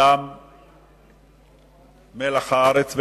מלח הארץ.